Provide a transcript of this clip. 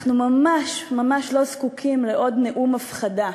אנחנו ממש ממש לא זקוקים לעוד נאום הפחדה.